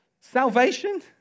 Salvation